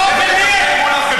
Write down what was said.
לך טפל מול החברה שלך.